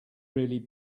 really